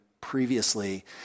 previously